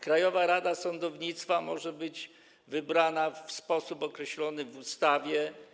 Krajowa Rada Sądownictwa może być wybrana w sposób określony w ustawie.